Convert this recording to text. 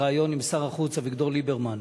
ריאיון עם שר החוץ אביגדור ליברמן,